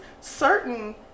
certain